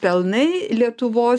pelnai lietuvos